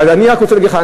אני רק רוצה להגיד לך,